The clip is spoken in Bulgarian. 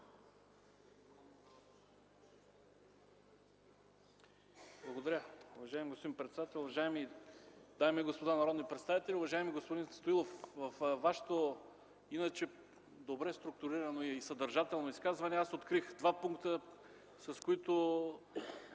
Благодаря Ви, уважаеми господин председател. Уважаеми дами и господа народни представители, уважаеми господин Стоилов! Във Вашето добре структурирано и съдържателно изказване открих обаче два пункта, с които